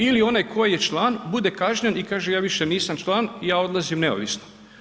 Ili onaj koji je član, bude kažnjen i kaže, ja više nisam član, ja odlazim neovisno.